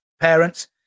parents